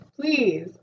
please